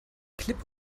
klipp